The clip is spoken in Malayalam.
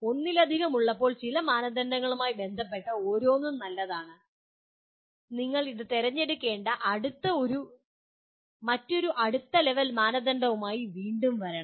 ഒന്നിലധികം ഉള്ളപ്പോൾ ചില മാനദണ്ഡങ്ങളുമായി ബന്ധപ്പെട്ട് ഓരോന്നും നല്ലതാണ് നിങ്ങൾ ഇത് തിരഞ്ഞെടുക്കേണ്ട മറ്റൊരു അടുത്ത ലെവൽ മാനദണ്ഡവുമായി വീണ്ടും വരണം